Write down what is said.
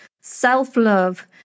self-love